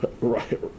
right